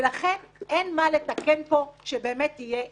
ולכן אין מה לתקן פה שבאמת יהיה ענייני.